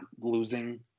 losing